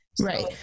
Right